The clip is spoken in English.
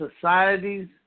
societies